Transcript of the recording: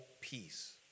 peace